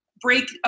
break